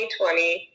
2020